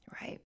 Right